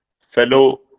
fellow